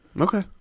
Okay